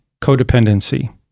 codependency